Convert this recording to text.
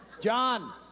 John